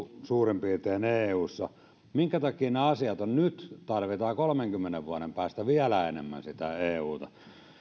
suurin piirtein olleet eussa minkä takia nyt kolmenkymmenen vuoden jälkeen tarvitaan vielä enemmän sitä euta